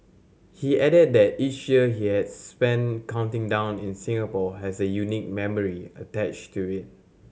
he added that each year he has spent counting down in Singapore has a unique memory attached to it